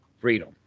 freedom